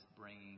bringing